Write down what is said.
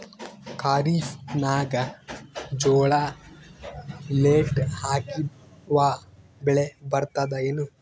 ಖರೀಫ್ ನಾಗ ಜೋಳ ಲೇಟ್ ಹಾಕಿವ ಬೆಳೆ ಬರತದ ಏನು?